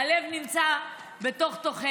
הלב נמצא בתוך-תוכנו.